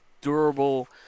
durable